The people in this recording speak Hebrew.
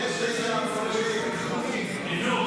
אני קובע כי הצעת חוק זכויות מבצעים ומשדרים עברה,